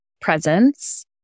presence